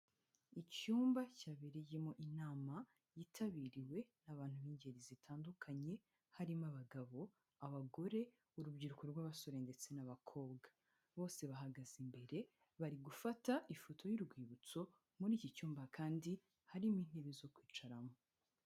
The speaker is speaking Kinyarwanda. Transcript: Icyumba cyabereyemo inama yitabiriwe n'abantu b'ingeri zitandukanye, harimo abagabo, abagore, urubyiruko rw'abasore, ndetse n'abakobwa bose bahagaze imbere, bari gufata ifoto y'urwibutso, muri iki cyumba kandi harimo intebe zo kwicaramo.